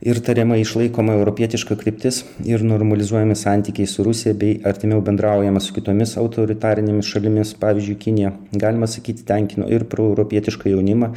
ir tariamai išlaikoma europietiška kryptis ir normalizuojami santykiai su rusija bei artimiau bendraujama su kitomis autoritarinėmis šalimis pavyzdžiui kinija galima sakyti tenkino ir proeuropietišką jaunimą